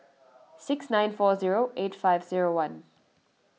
six nine four zero eight five zero one